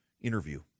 interview